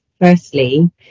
Firstly